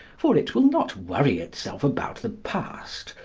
for it will not worry itself about the past,